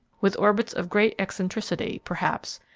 with orbits of great eccentricity, perhaps,